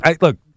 Look